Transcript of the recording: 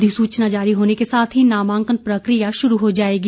अधिसूचना जारी होने के साथ ही नामांकन प्रक्रिया शुरू हो जाएगी